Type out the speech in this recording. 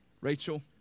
Rachel